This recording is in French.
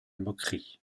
moquerie